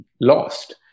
lost